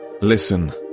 Listen